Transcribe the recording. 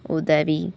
உதவி